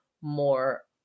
more